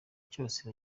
cyose